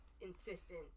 insistent